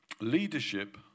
leadership